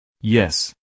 Yes